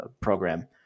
program